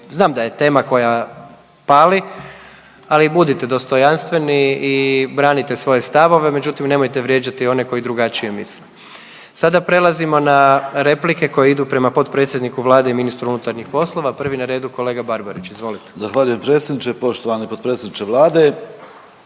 Znam da je tema koja pali, ali budite dostojanstveni i branite svoje stavove. Međutim nemojte vrijeđati one koji drugačije misle. Sada prelazimo na replike koje idu prema potpredsjedniku Vlade i ministru unutarnjih poslova. Prvi je na redu kolega Barbarić, izvolite. **Barbarić, Nevenko (HDZ)** Zahvaljujem predsjedniče. Poštovani potpredsjedniče Vlada,